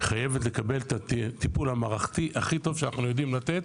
חייבת לקבל את הטיפול המערכתי הכי טוב שאנחנו יודעים לתת,